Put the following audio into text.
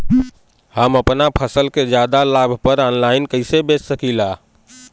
हम अपना फसल के ज्यादा लाभ पर ऑनलाइन कइसे बेच सकीला?